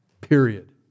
period